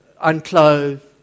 unclothed